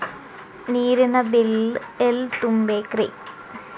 ನೇರಿನ ಬಿಲ್ ಎಲ್ಲ ತುಂಬೇಕ್ರಿ?